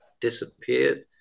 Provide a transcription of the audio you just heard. disappeared